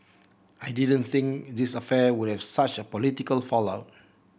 I didn't think this affair would have such a political fallout